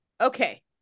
Okay